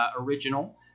original